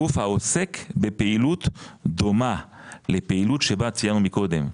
גוף העוסק בפעילות דומה לפעילות שבה ציינו קודם.